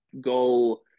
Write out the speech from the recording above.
go